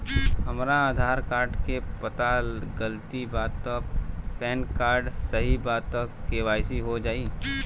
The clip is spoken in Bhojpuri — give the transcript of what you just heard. हमरा आधार कार्ड मे पता गलती बा त पैन कार्ड सही बा त के.वाइ.सी हो जायी?